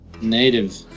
Native